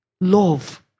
Love